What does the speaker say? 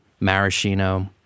maraschino